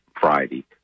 Friday